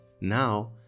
now